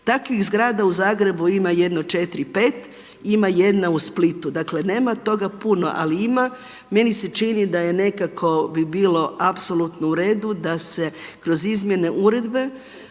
Takvih zgrada u Zagrebu ima jedno četiri, pet i ima jedna u Splitu, dakle nema toga puno ali ima. Meni se čini da nekako bi bilo apsolutno u redu da se kroz izmjene uredbe